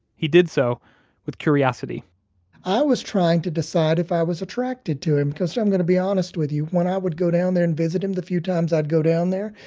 he did so with curiosity i was trying to decide if i was attracted to him. because i'm going to be honest with you, when i would go down there and visit him, the few times i'd go down there,